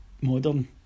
modern